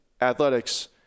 athletics